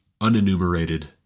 unenumerated